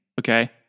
Okay